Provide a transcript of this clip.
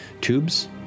tubes